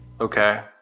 Okay